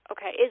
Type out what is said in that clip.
Okay